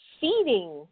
feeding